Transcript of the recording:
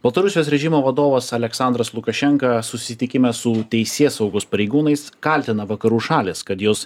baltarusijos režimo vadovas aleksandras lukašenka susitikime su teisėsaugos pareigūnais kaltina vakarų šalys kad jos